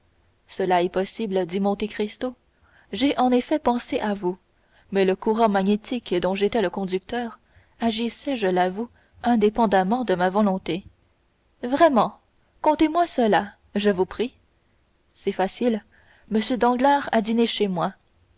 cela est possible dit monte cristo j'ai en effet pensé à vous mais le courant magnétique dont j'étais le conducteur agissait je l'avoue indépendamment de ma volonté vraiment contez-moi cela je vous prie c'est facile m danglars a dîné chez moi